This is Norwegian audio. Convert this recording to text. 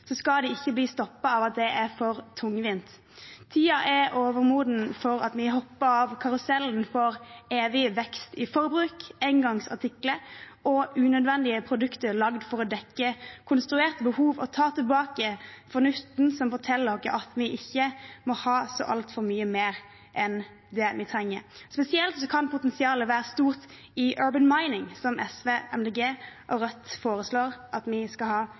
skal de ikke bli stoppet av at det er for tungvint. Tiden er overmoden for at vi hopper av karusellen for evig vekst i forbruk, engangsartikler og unødvendige produkter laget for å dekke konstruerte behov, og tar tilbake fornuften, som forteller oss at vi ikke må ha så altfor mye mer enn det vi trenger. Spesielt kan potensialet være stort i Urban Mining, som SV, Miljøpartiet De Grønne og Rødt foreslår at vi skal ha